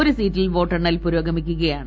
ഒരു സീറ്റിൽ വോട്ടെണ്ണൽ പുരോഗമിക്കുകയാണ്